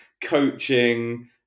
coaching